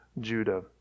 Judah